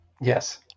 Yes